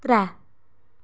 त्रैऽ